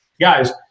guys